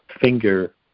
finger